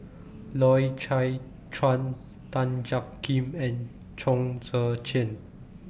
Loy Chye Chuan Tan Jiak Kim and Chong Tze Chien